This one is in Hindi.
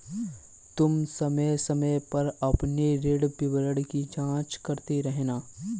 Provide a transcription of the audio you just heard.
तुम समय समय पर अपने ऋण विवरण की जांच करते रहना